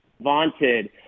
vaunted